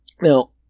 Now